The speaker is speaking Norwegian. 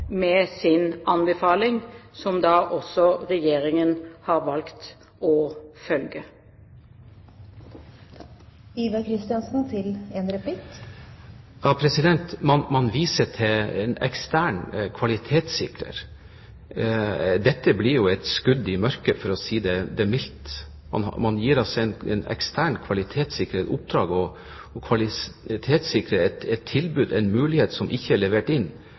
med sin anbefaling – som Regjeringen da også har valgt å følge. Man viser til en ekstern kvalitetssikrer. Dette blir jo et skudd i mørke, for å si det mildt. Man gir altså en ekstern kvalitetssikrer i oppdrag å kvalitetssikre et tilbud som er levert inn av den som Regjeringen har valgt – altså et spansk selskap som er